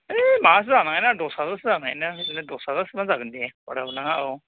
है माबासो जानाय नङा रा दस हाजारसो जानाय नङा बिदिनो दस हाजारसोबानो जागोन दे बारा हरनाङा औ